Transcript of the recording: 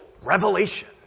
revelation